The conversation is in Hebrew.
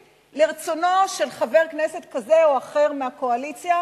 לרצונו של חבר כנסת כזה או אחר מהקואליציה,